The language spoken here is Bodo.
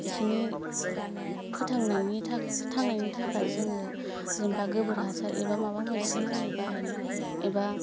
एसोरनि फोथांनायनि थांनायनि थाखाय जोङो जेनोबा गोबोर हासार एबा माबा मोनसे मुलि बाहायनाय एबा